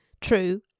true